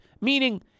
meaning